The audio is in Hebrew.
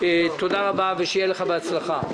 תודה רבה, ושיהיה לך בהצלחה.